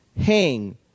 hang